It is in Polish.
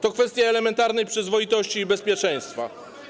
To kwestia elementarnej przyzwoitości i bezpieczeństwa.